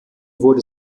wurde